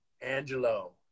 Angelo